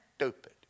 Stupid